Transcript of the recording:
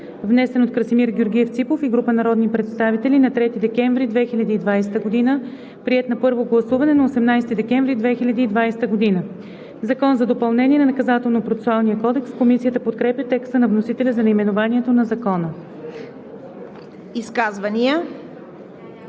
внесен от Красимир Георгиев Ципов и група народни представители на 3 декември 2020 г., приет на първо гласуване на 18 декември 2020 г. „Закон за допълнение на Наказателно-процесуалния кодекс (обн., ДВ, бр. ...)“.“ Комисията подкрепя текста на вносителя за наименованието на Закона. ПРЕДСЕДАТЕЛ